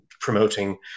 promoting